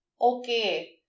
okay